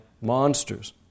monsters